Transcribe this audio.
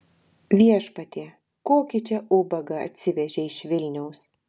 viešpatie kokį čia ubagą atsivežei iš vilniaus